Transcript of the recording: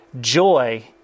joy